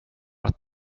att